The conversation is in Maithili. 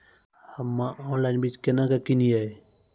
हम्मे ऑनलाइन बीज केना के किनयैय?